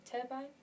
Turbine